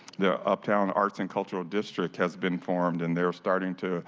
the uptown arts and cultural district has been formed. and they are starting to